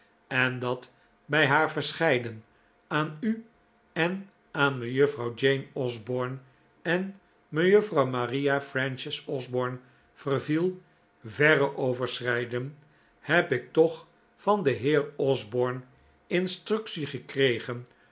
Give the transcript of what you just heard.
en dat bij haar verscheiden aan u en aan mejuffrouw jane osborne en mejuffrouw maria frances osborne verviel verre overschrijden heb ik toch van den heer osborne instructie gelcregen